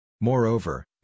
Moreover